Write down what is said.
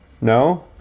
No